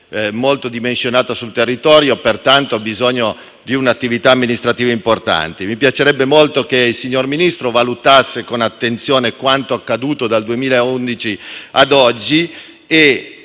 molto dimensionata sul territorio), che tale territorio ha bisogno di una attività amministrativa importante. Mi piacerebbe molto che il signor Ministro valutasse con attenzione quanto accaduto dal 2011 ad oggi,